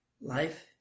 Life